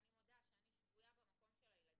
אני מודה שאני שבויה במקום של הילדים,